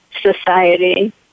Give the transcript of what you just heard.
society